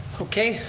okay,